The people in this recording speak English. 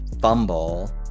fumble